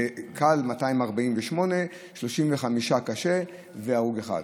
קל, 248, קשה,35 והרוג אחד.